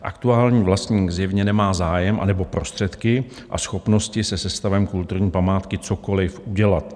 Aktuální vlastník zjevně nemá zájem nebo prostředky a schopnosti se stavem kulturní památky cokoliv udělat.